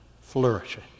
flourishing